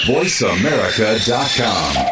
VoiceAmerica.com